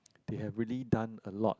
they have really done a lot